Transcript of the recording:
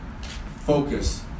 focus